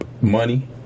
Money